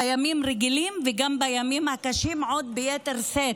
בימים רגילים וגם בימים קשים ביתר שאת,